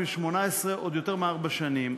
עוד יותר מארבע שנים.